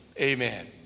Amen